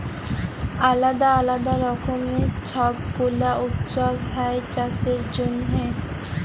আলদা আলদা রকমের ছব গুলা উৎসব হ্যয় চাষের জনহে